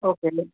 ஓகேங்க